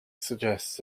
suggests